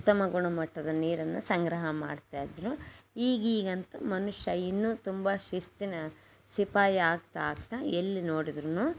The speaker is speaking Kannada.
ಉತ್ತಮ ಗುಣಮಟ್ಟದ ನೀರನ್ನು ಸಂಗ್ರಹ ಮಾಡ್ತಾ ಇದ್ದರು ಈಗೀಗಂತೂ ಮನುಷ್ಯ ಇನ್ನೂ ತುಂಬ ಶಿಸ್ತಿನ ಸಿಪಾಯಿ ಆಗ್ತಾ ಆಗ್ತಾ ಎಲ್ಲಿ ನೋಡುದ್ರು